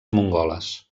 mongoles